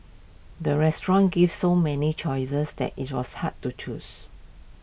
the restaurant gave so many choices that IT was hard to choose